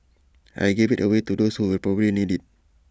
I gave IT away to those who will probably need IT